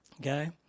okay